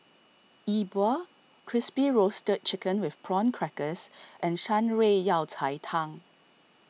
E Bua Crispy Roasted Chicken with Prawn Crackers and Shan Rui Yao Cai Tang